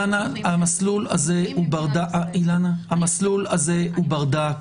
המסלול הזה הוא ברדק.